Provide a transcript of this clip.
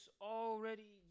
already